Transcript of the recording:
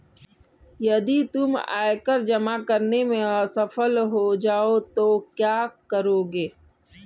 यदि तुम आयकर जमा करने में असफल हो जाओ तो क्या करोगे?